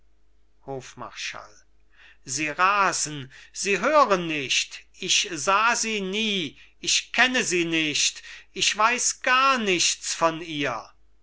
hofmarschall sie rasen sie hören nicht ich sah sie nie ich kenne sie nicht ich weiß gar nichts von ihr